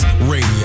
Radio